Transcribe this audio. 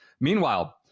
Meanwhile